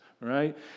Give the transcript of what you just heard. Right